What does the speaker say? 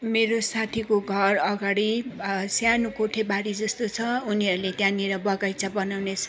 मेरो साथीको घर अगाडि सानो कोठेबारी जस्तो छ उनीहरूले त्यहाँनिर बगैँचा बनाउने